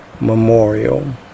Memorial